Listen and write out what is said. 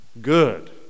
good